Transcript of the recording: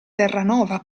terranova